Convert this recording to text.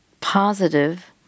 positive